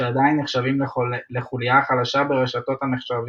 שעדיין נחשבים לחוליה החלשה ברשתות-המחשבים,